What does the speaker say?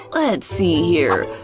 let's see here,